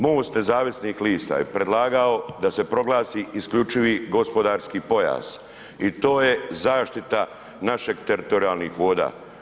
MOST nezavisnih lista je predlagao da se proglasi isključivi gospodarski pojas i to je zaštita naših teritorijalnih voda.